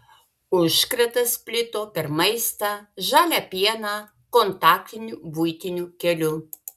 užkratas plito per maistą žalią pieną kontaktiniu buitiniu keliu